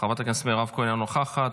חברת הכנסת מירב כהן, אינה נוכחת,